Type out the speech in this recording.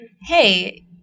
hey –